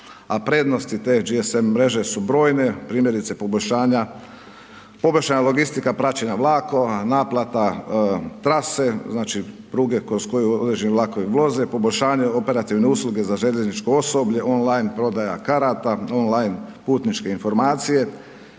prednosti te GMS mreže su brojne, primjerice poboljšanja, poboljšana logistika praćenja vlakova, naplata, trase, znači pruge kroz koju određeni vlakovi voze, poboljšanje operativne usluge za željezničko osoblje, on line prodaja karata, on line putničke informacije